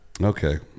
Okay